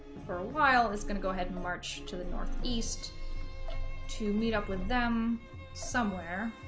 for a while it's gonna go ahead and march to the northeast to meet up with them somewhere